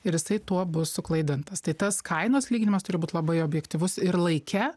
ir jisai tuo bus suklaidintas tai tas kainos lyginimas turi būt labai objektyvus ir laike